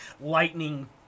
lightning